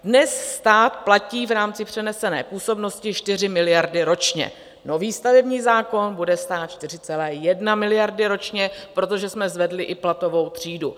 Dnes stát platí v rámci přenesené působnosti 4 miliardy ročně, nový stavební zákon bude stát 4,1 miliardy ročně, protože jsme zvedli i platovou třídu.